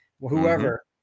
whoever